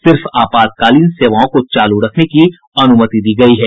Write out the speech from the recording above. सिर्फ आपातकालीन सेवाओं को चालू रखने की अनुमति दी गयी है